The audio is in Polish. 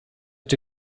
czy